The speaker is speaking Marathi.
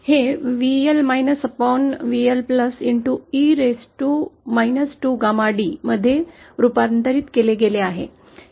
हे VL-VL into raised to 2gama d मध्ये रुपांतरित केले गेले आहे